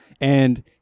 and-